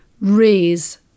raise